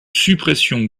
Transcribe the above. suppression